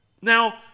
Now